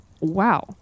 wow